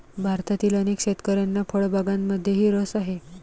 भारतातील अनेक शेतकऱ्यांना फळबागांमध्येही रस आहे